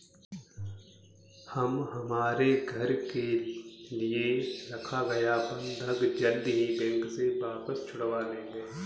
हम हमारे घर के लिए रखा गया बंधक जल्द ही बैंक से वापस छुड़वा लेंगे